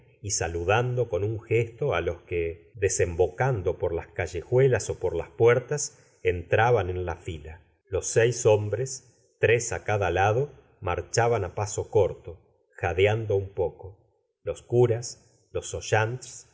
y saludando con un gesto á los que desembocando la se ora de bovary por las callejuelas ó por las puertas entraban eu la fila los seis hombres tres á cada lado marchaban á paso corto jadeando un poco los curas los